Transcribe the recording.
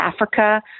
Africa